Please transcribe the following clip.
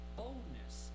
boldness